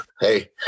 Hey